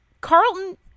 Carlton